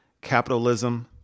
capitalism